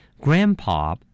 Grandpa